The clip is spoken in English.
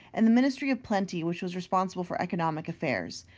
and the ministry of plenty, which was responsible for economic affairs.